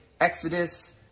Exodus